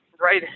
right